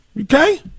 Okay